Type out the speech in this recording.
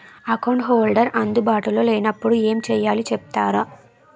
Account holder అందు బాటులో లే నప్పుడు ఎం చేయాలి చెప్తారా?